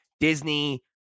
Disney